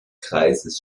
kreises